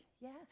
yes